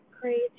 crazy